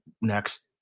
Next